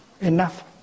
enough